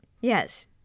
Yes